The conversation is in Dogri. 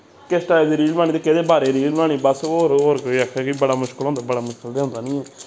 किस टाईप दी रील बनानी ते केह्दे बारे च रील बनानी बस होर केह् केह् ऐ कोई आक्खै कि बड़ा मुश्किल बड़ा मुश्किल ते होंदा निं ऐ